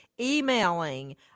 emailing